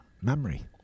memory